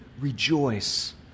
rejoice